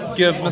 give